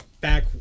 back